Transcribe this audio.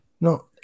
No